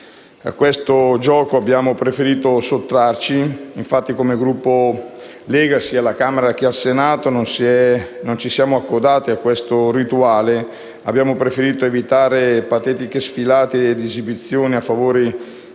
A questo gioco abbiamo preferito sottrarci e, come Gruppo Lega, sia alla Camera che al Senato non ci siamo accodati a questo rituale. Abbiamo preferito evitare patetiche sfilate ed esibizioni a favore di telecamere,